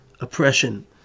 oppression